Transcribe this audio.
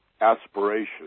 aspirations